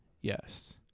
Yes